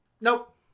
Nope